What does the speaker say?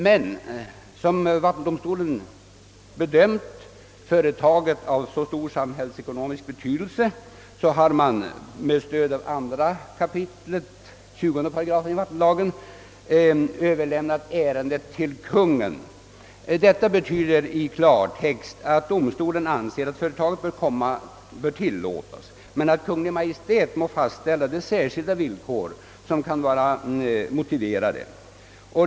Men eftersom vattendomstolen samtidigt bedömt företaget vara av stor samhällsekonomisk betydelse har den med stöd av 20 8 i samma avsnitt av vattenlagen överlämnat = tillåtlighetsprövningen = till Kungl. Maj:t. Detta betyder i klartext att domstolen anser att företaget bör tillåtas men att Kungl. Maj:t må fastställa de särskilda villkor som kan vara motiverade.